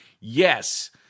Yes